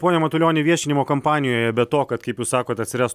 pone matulioni viešinimo kampanijoje be to kad kaip jūs sakote atsiras